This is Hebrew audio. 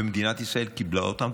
ומדינת ישראל קיבלה אותן,